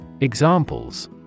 Examples